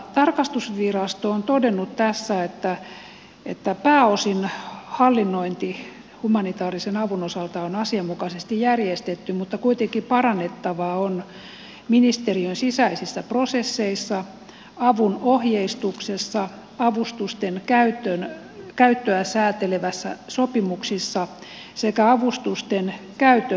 tarkastusvirasto on todennut tässä että pääosin hallinnointi humanitaarisen avun osalta on asianmukaisesti järjestetty mutta kuitenkin parannettavaa on ministeriön sisäisissä prosesseissa avun ohjeistuksessa avustusten käyttöä säätelevissä sopimuksissa sekä avustusten käytön seurannassa